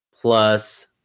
plus